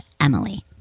emily